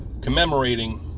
commemorating